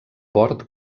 port